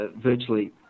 virtually